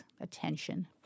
attention